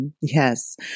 Yes